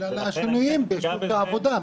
בגלל השינויים בשוק העבודה,